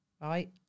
right